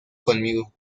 conmigo